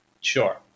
Sure